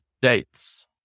dates